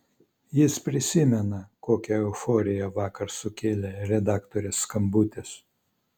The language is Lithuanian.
jis prisimena kokią euforiją vakar sukėlė redaktorės skambutis